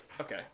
Okay